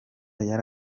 yari